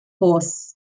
horse